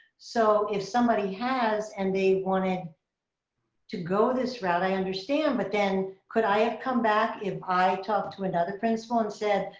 so if somebody has, and they wanted to go this route, i understand. but then could i have come back if i talked to another principal and said,